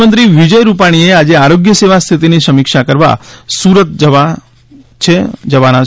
મુખ્યમંત્રી વિજય રૂપાણીએ આજે આરોગ્ય સેવા સ્થિતિની સમીક્ષા કરવા સુરત જશે